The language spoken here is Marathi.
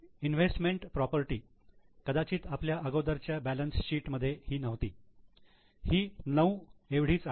इन्व्हेस्टमेंट प्रॉपर्टी कदाचित आपल्या अगोदरच्या बॅलन्स शीट मध्ये ही नव्हती ही 9 एवढी आहे